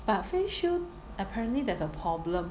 but face shield apparently there's a problem